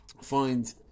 find